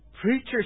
preachers